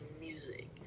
music